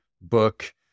book